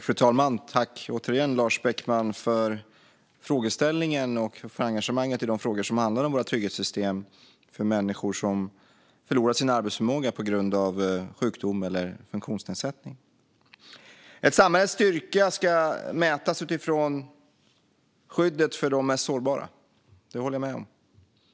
Fru talman! Jag tackar återigen Lars Beckman för frågeställningen och för engagemanget i de frågor som handlar om våra trygghetssystem för människor som förlorat sin arbetsförmåga på grund av sjukdom eller funktionsnedsättning. Ett samhälles styrka ska mätas utifrån skyddet för de mest sårbara. Det håller jag med om.